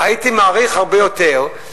הייתי מעריך הרבה יותר,